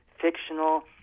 fictional